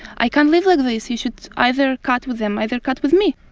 i can't live like this, you should either cut with them either cut with me.